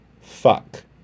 fuck